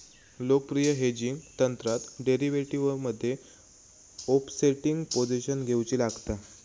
लोकप्रिय हेजिंग तंत्रात डेरीवेटीवमध्ये ओफसेटिंग पोझिशन घेउची लागता